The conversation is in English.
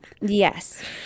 Yes